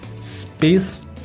Space